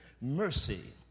mercy